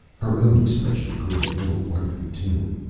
her own expression grew a little worried, too.